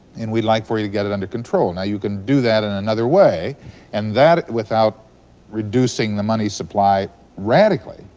and we'd like for you to get it under control. now you can do that in another way and that without reducing the money supply radically.